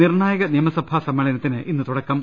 നിർണായക നിയമസഭാ സമ്മേള നത്തിന് ഇന്ന് തുടക്കം